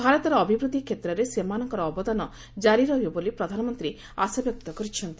ଭାରତର ଅଭିବୃଦ୍ଧି କ୍ଷେତ୍ରରେ ସେମାନଙ୍କର ଅବଦାନ କାରି ରହିବ ବୋଲି ପ୍ରଧାନମନ୍ତ୍ରୀ ଆଶାବ୍ୟକ୍ତ କରିଛନ୍ତି